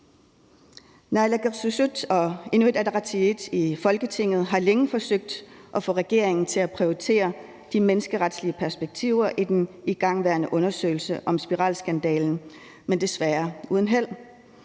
Naalakkersuisut og Inuit Ataqatigiit i Folketinget har længe forsøgt at få regeringen til at prioritere de menneskeretlige perspektiver i den igangværende undersøgelse om spiralskandalen, men desværre uden held.